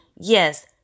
Yes